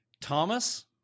Thomas